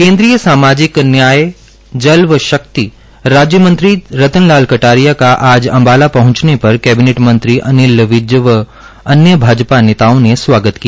केन्द्रीय सामाजिक न्याय जल व शक्ति राज्य मंत्री रतन लाल कटारिया का आज अंबाला पहुंचने पर केबिनेट मंत्री अनिल विज व अन्य भाजपा नेताओं ने स्वागत किया